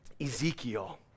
Ezekiel